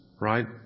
right